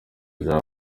jean